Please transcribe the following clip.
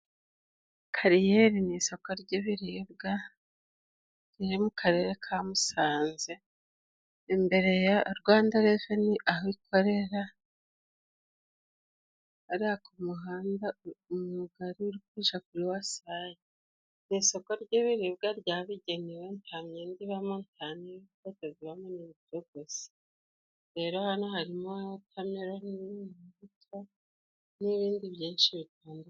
Kariyeri ni isoko ry'ibiribwa riri mu Karere ka Musanze, imbere ya Rwanda reveni aho ikorera. Hariya ku muhanda mugari uri kuja kuri Wasake. Ni isoko ry'ibiribwa ryabigenewe nta myenda ibamo, nta n'inkweto zibamo ni byo gusa. Rero hano harimo wotameroni n'imbuto n'ibindi byinshi bitandukanye.